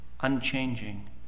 unchanging